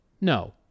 no